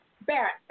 Barrett